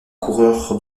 coureur